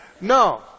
No